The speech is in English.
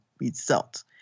results